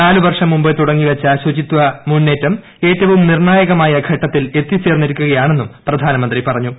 നാല് വർഷം മുമ്പ് തുടങ്ങിവച്ച ശുചിത്വ മുന്നേറ്റം ഏറ്റവും നിർണായകമായ ഘട്ടത്തിൽ എത്തിച്ചേർന്നിരിക്കുകയാണെന്നും പ്രധാനമന്ത്രി പറഞ്ഞു